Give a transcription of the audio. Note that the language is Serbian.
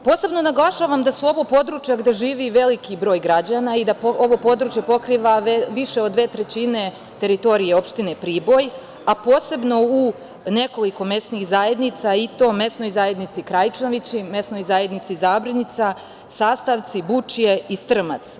Posebno naglašavam da su ovo područja gde živi veliki broj građana i da ovo područje pokriva više od dve trećine teritorije opštine Priboj, a posebno u nekoliko mesnih zajednica i to mesnoj zajednici Krajčinovići, mesnoj zajednici Zabrnjica, Sastavci, Bučje i Strmac.